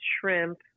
shrimp